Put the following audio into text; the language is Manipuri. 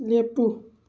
ꯂꯦꯄꯨ